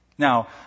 Now